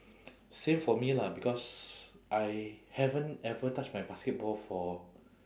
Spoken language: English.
same for me lah because I haven't ever touch my basketball for